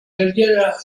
carriera